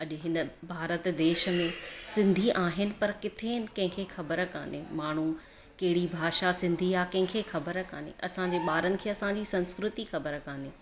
अॼु हिन भारत देश में सिंधी आहिनि पर किथे आहिनि कंहिंखे ख़बरु कान्हे माण्हू कहिड़ी भाषा सिंधी आहे कंहिंखे ख़बरु कान्हे असांजे ॿारनि खे असांजी संस्कृति ख़बरु कान्हे